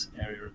area